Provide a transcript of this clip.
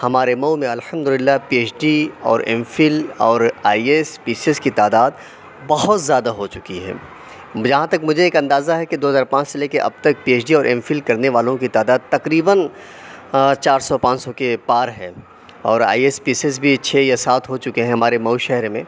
ہمارے مئو میں الحمد اللہ پی ایچ ڈی اور ایم فل اور I S P C S کی تعداد بہت زیادہ ہو چُکی ہے جہاں تک مجھے ایک اندازہ ہے کہ دو ہزار پانچ سے لے کے اب تک پی ایچ ڈی اور ایم فل کرنے والوں کی تعداد تقریباً چار سو پانچ سو کے پار ہے اور I S P C S بھی چھ یا سات ہو چُکے ہیں ہمارے مئو شہر میں